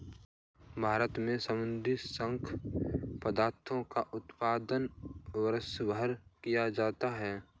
भारत में समुद्री खाद्य पदार्थों का उत्पादन वर्षभर किया जाता है